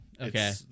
Okay